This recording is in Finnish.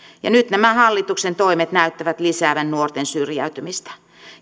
nyt nämä hallituksen toimet näyttävät lisäävän nuorten syrjäytymistä